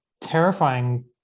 terrifying